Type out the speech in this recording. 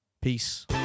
Peace